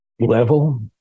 level